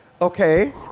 Okay